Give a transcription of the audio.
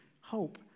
hope